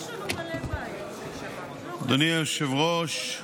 אדוני היושב-ראש,